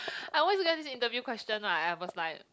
I always get this interview question what at first time